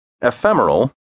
ephemeral